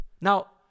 now